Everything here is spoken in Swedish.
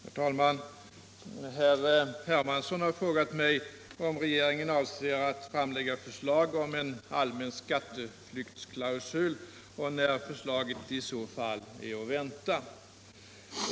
Herr talman! Herr Hermansson har frågat mig om regeringen avser att framlägga förslag om en allmän skatteflyktsklausul och när förslaget i så fall är att vänta.